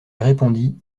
répondit